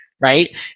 Right